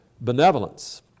benevolence